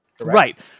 Right